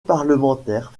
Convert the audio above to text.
parlementaire